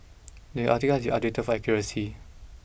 the article has updated for accuracy